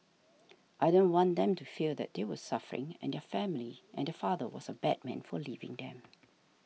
I didn't want them to feel that they were suffering and their family and their father was a bad man for leaving them